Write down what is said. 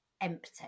empty